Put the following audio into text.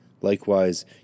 Likewise